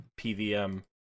PVM